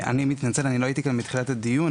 אני מתנצל, לא הייתי כאן בתחילת הדיון.